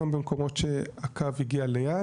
גם במקומות שהקו הגיע ליד,